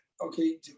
Okay